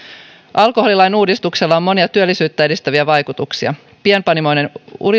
alkoholilain uudistuksella on monia työllisyyttä edistäviä vaikutuksia pienpanimoiden